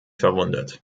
verwundet